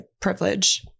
privilege